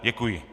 Děkuji.